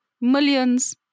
millions